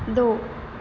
ਦੋ